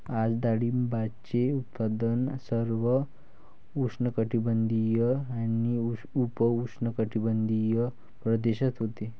आज डाळिंबाचे उत्पादन सर्व उष्णकटिबंधीय आणि उपउष्णकटिबंधीय प्रदेशात होते